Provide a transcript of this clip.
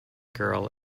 girl